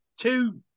two